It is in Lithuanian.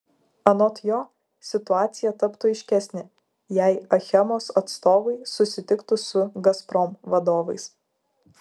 anot jo situacija taptų aiškesnė jei achemos atstovai susitiktų su gazprom vadovais